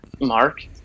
Mark